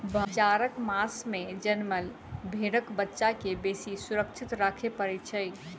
जाड़क मास मे जनमल भेंड़क बच्चा के बेसी सुरक्षित राखय पड़ैत छै